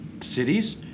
cities